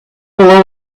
below